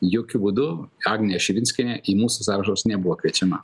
jokiu būdu agnė širinskienė į mūsų sąrašus nebuvo kviečiama